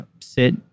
sit